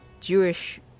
Jewish